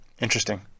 Interesting